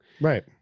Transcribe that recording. right